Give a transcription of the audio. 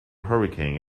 hurricane